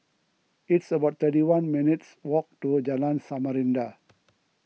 it's about thirty one minutes' walk to Jalan Samarinda